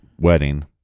Wedding